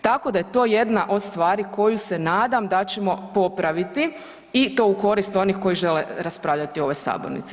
Tako da je to jedna od stvari koju se nadam da ćemo popraviti i to u korist onih koji žele raspravljati u ovoj sabornici.